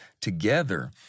together